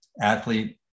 athlete